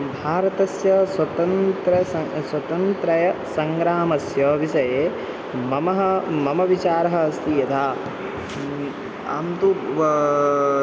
भारतस्य स्वातन्त्र्यं स स्वतन्त्रय स्वातन्त्र्यसङ्ग्रामस्य विषये ममः मनसि विचारः अस्ति यदा अहं तु व